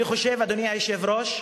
אני חושב, אדוני היושב-ראש,